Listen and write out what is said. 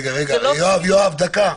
רגע, יואב, דקה.